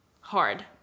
hard